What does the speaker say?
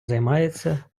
займається